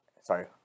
sorry